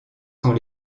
sont